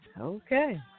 Okay